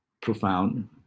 profound